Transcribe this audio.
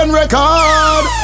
record